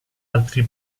altri